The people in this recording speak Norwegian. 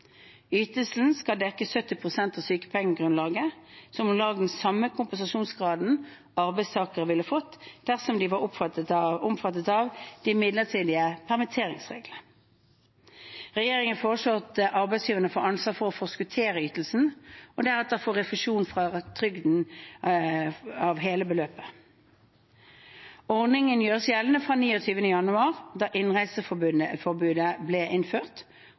Ytelsen skal dekke 70 pst. av sykepengegrunnlaget, som er om lag samme kompensasjonsgrad arbeidstakerne ville fått dersom de var omfattet av de midlertidige permitteringsreglene. Regjeringen foreslår at arbeidsgiverne får ansvar for å forskuttere ytelsen og deretter få refusjon fra trygden av hele beløpet. Ordningen gjøres gjeldende fra 29. januar, da innreiseforbudet ble innført,